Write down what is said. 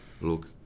Look